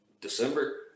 December